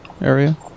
area